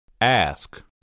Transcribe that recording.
Ask